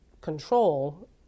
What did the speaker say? control